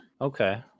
okay